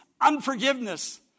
unforgiveness